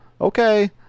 Okay